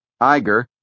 Iger